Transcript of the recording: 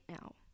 now